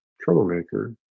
troublemaker